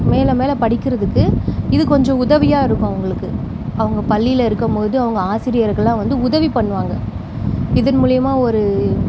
மேலே மேலே படிக்கிறதுக்கு இது கொஞ்சம் உதவியாக இருக்கும் அவங்களுக்கு அவங்க பள்ளியில இருக்கம்போது அவங்க ஆசிரியர்கள்லாம் வந்து உதவி பண்ணுவாங்க இதன் மூலியமா ஒரு